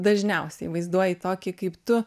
dažniausiai vaizduoji tokį kaip tu